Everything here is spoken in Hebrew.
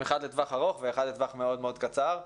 אחד לטווח ארוך ואחד לטווח מאוד מאוד קצר,